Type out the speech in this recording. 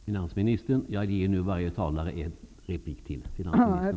Jag medger nu varje talare ytterligare ett inlägg.